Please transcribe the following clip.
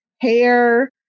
hair